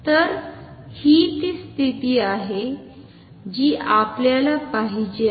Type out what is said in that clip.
तर हि ती स्थिती आहे जी आपल्याला पाहिजे आहे